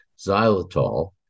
xylitol